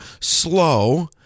slow